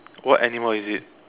what animal is it